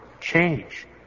change